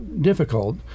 difficult